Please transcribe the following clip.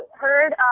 heard